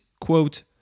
quote